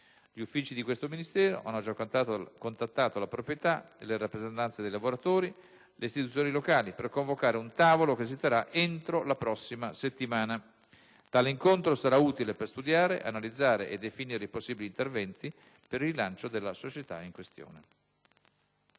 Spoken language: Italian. Gli uffici di questo Ministero hanno già contattato la proprietà, le rappresentanze dei lavoratori e le istituzioni locali, per convocare un tavolo che si terrà entro la prossima settimana. Tale incontro sarà utile per studiare, analizzare e definire i possibili interventi per il rilancio della società in questione.